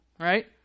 right